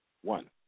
one